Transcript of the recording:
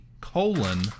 colon